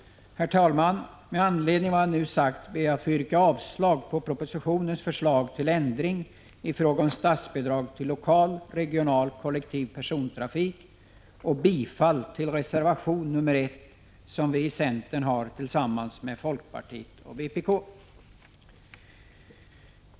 Herr talman! Med anledning av vad jag nu har sagt ber jag att få yrka avslag på propositionens förslag till ändring i fråga om statsbidrag till lokal och regional kollektiv persontrafik och bifall till reservation nr 1, som vii centern har avgett tillsammans med folkpartiet och vpk.